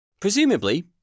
Presumably